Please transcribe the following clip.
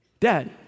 Dad